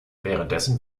währenddessen